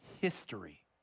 history